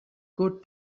good